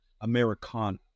Americana